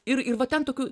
ir ir va ten tokių